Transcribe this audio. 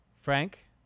Frank